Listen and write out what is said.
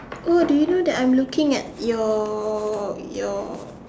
oh do you know I'm looking at your your